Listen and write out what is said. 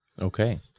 Okay